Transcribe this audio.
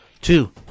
two